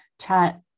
chat